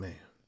Man